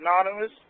anonymous